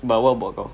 but what about kau